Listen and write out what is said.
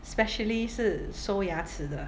specially 是收牙齿的